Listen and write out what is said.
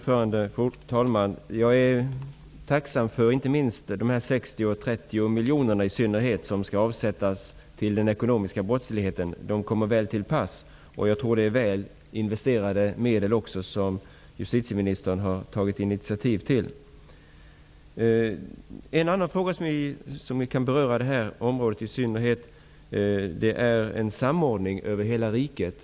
Fru talman! Jag är i synnerhet tacksam för de 30 miljoner kronor som skall avsättas för insatser mot den ekonomiska brottsligheten. De pengarna kommer väl till pass. Jag tror att det är väl investerade medel, som justitieministern har tagit initiativet till. En annan fråga som kan beröras i detta sammanhang är samordningen över hela riket.